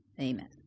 Amen